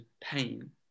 pain